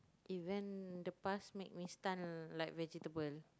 event the pass make Miss-Tan like vegetable